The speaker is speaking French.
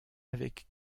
avec